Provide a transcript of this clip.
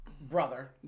brother